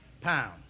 pounds